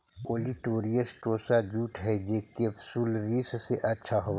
olitorius tossa jute हई जे capsularis से अच्छा होवऽ हई